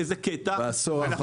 באיזה קטע -- בעשור האחרון.